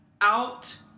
out